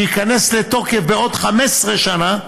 שייכנס לתוקף בעוד 15 שנה,